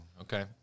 Okay